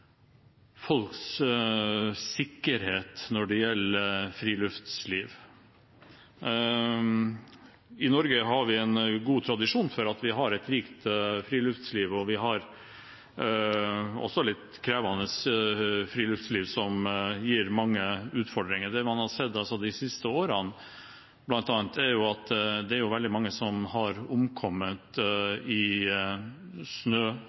folks sikkerhet når det gjelder friluftsliv. I Norge har vi en god tradisjon for at vi har et rikt friluftsliv, og vi har også et litt krevende friluftsliv, som gir mange utfordringer. Det man har sett de siste årene, er jo bl.a. at det er veldig mange som har omkommet i